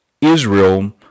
Israel